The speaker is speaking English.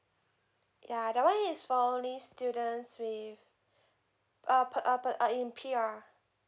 ya that one is for only students with ah P~ ah P~ ah in P_R